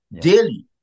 daily